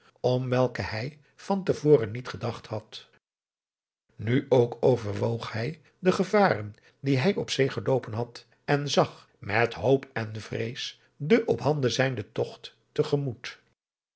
om welke hij van te voren niet gedacht had nu ook overwoog hij de gevaren die hij op zee geloopen had en zag met hoop en vrees den op handen zijnde togt te gemoet